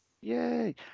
yay